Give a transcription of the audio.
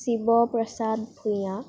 Shiva Prasad Bhuyan